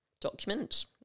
document